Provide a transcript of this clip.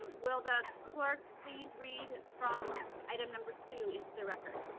um will the clerk please read from item number two, into the record.